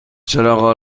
چراغ